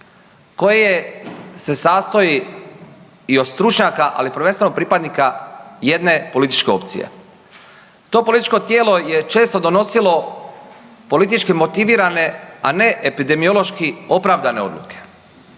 koje se sastoji i od stručnjaka, ali prvenstveno od pripadnika jedne političke opcije. To političko tijelo je često donosilo politički motivirane, a ne epidemiološki opravdane odluke,